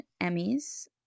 Emmy's